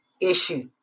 issue